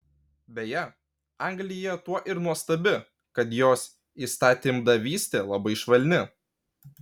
beje anglija tuo ir nuostabi kad jos įstatymdavystė labai švelni